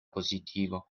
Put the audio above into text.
positivo